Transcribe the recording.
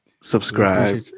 subscribe